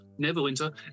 Neverwinter